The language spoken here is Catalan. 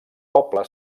poble